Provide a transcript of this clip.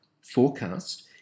forecast